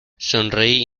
sonreí